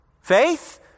faith